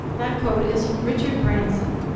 that quote is from richard branson,